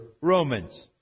Romans